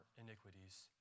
iniquities